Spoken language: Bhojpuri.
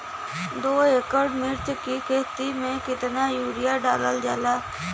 दो एकड़ मिर्च की खेती में कितना यूरिया डालल जाला?